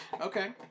okay